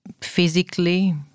physically